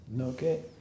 Okay